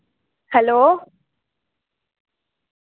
hello